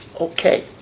Okay